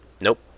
Nope